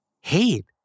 hate